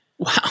Wow